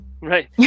Right